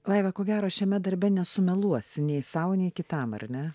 vaiva ko gero šiame darbe nesumeluosi nei sau nei kitam ar ne